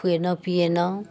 खुएलहुँ पिएलहुँ